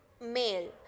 male